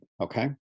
okay